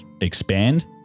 expand